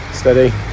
Steady